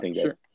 sure